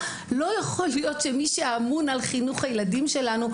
לא יכול להיות שמי שאמון על חינוך הילדים שלנו,